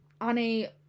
Annie